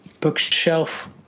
bookshelf